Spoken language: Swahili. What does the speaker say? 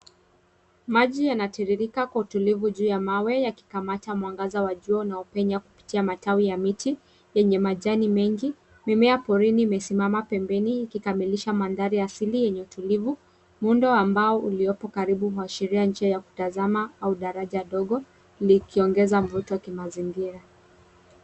Maji yanatiririka kwa utulivu juu ya mawe yakikamata mwanga wa jua linalopenya kupitia matawi ya miti yenye majani mengi. Mimea porini imesimama pempeni ikikamilisha mandhari asili yenye utulivu muundo ambao uliopo karibu kuashiria njia ya kutazama au daraja ndogo likionyesha mvuto kimazingira.